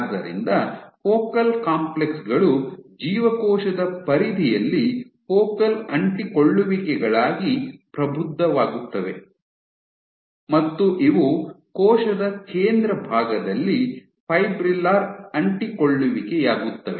ಆದ್ದರಿಂದ focal complex ಗಳು ಜೀವಕೋಶದ ಪರಿಧಿಯಲ್ಲಿ ಫೋಕಲ್ ಅಂಟಿಕೊಳ್ಳುವಿಕೆಗಳಾಗಿ ಪ್ರಬುದ್ಧವಾಗುತ್ತವೆ ಮತ್ತು ಇವು ಕೋಶದ ಕೇಂದ್ರ ಭಾಗದಲ್ಲಿ ಫೈಬ್ರಿಲ್ಲರ್ ಅಂಟಿಕೊಳ್ಳುವಿಕೆಯಾಗುತ್ತವೆ